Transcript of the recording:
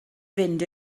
fynd